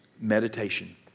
meditation